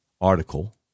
article